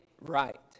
right